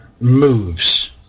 moves